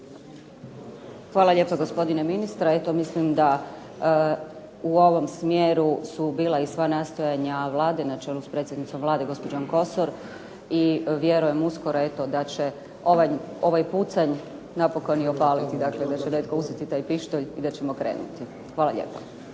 Hvala lijepo gospodine ministre. Eto mislim da u ovom smjeru su bila sva nastojanje Vlade na čelu s predsjednicom Vlade gospođom Kosor i vjerujem uskoro eto da će ovaj pucanj napokon i opaliti, dakle da će netko uzeti taj pištolj i da ćemo krenuti. Hvala lijepo.